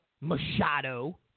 Machado